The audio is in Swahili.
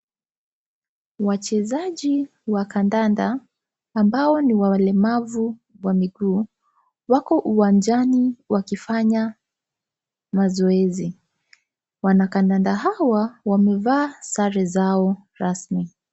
Wachezaji wa kandanda ambao ni walemavu wa miguu wako uwanjani wakifanya mazoezi, wana kandanda hawa wamevaa sare zao rasmi.